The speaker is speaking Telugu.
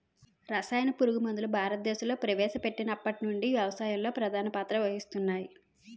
రసాయన పురుగుమందులు భారతదేశంలో ప్రవేశపెట్టినప్పటి నుండి వ్యవసాయంలో ప్రధాన పాత్ర వహిస్తున్నాయి